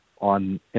on